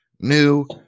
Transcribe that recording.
new